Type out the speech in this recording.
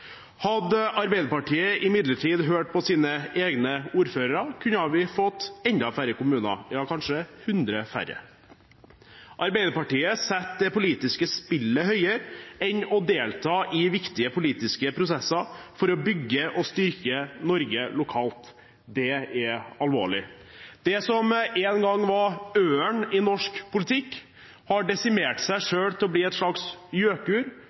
Hadde Arbeiderpartiet imidlertid hørt på sine egne ordførere, kunne vi fått enda færre kommuner, kanskje 100 færre. Arbeiderpartiet setter det politiske spillet høyere enn å delta i viktige politiske prosesser for å bygge og styrke Norge lokalt. Det er alvorlig. Det som en gang var ørnen i norsk politikk, har desimert seg selv til å bli et slags